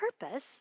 purpose